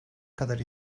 kadar